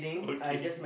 okay